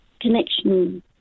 connection